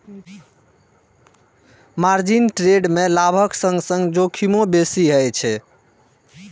margin trade मे लाभक संग संग जोखिमो बेसी होइ छै